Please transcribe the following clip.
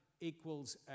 equals